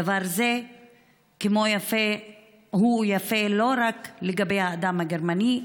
דבר זה הוא יפה לא רק לגבי האדם הגרמני,